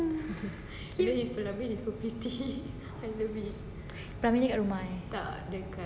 pelamin dia kat rumah eh